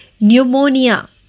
Pneumonia